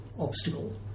Obstacle